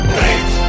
Great